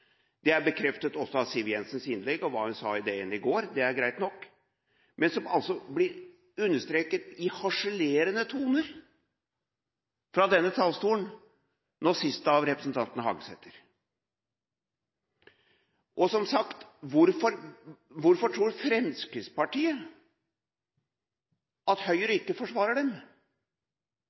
Det er også bekreftet av Siv Jensens innlegg og det hun sa i går. Det er greit nok. Men dette blir altså understreket i harselerende toner fra denne talerstolen, sist av representanten Hagesæter. Som sagt: Hvorfor tror Fremskrittspartiet at Høyre ikke forsvarer dem?